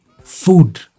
food